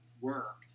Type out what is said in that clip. work